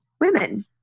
women